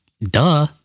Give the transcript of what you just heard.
duh